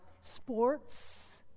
sports